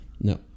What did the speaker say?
No